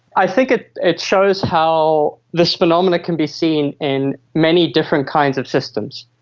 i think it it shows how this phenomena can be seen in many different kinds of systems.